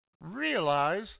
realize